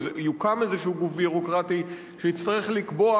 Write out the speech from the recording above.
יוקם איזה גוף ביורוקרטי שיצטרך לקבוע